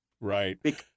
Right